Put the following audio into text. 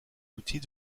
outils